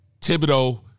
Thibodeau